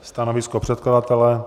Stanovisko předkladatele?